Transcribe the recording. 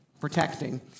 Protecting